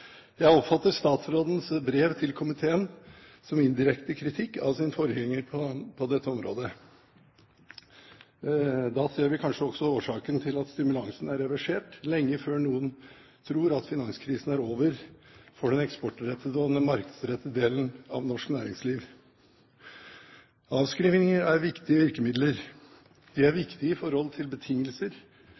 Jeg oppfatter statsrådens brev til komiteen som indirekte kritikk av sin forgjenger på dette området. Da ser vi kanskje også årsaken til at stimulansen er reversert, lenge før noen tror at finanskrisen er over for den eksportrettede og den markedsrettede delen av norsk næringsliv. Avskrivninger er viktige virkemidler. De er viktige i forhold til betingelser